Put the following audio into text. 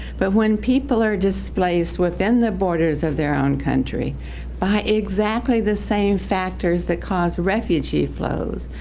but when people are displaced within the borders of their own country by exactly the same factors that cause refugee flows,